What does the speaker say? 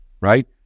right